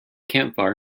campfire